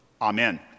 Amen